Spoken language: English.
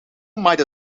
might